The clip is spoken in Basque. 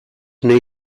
nahi